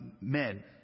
men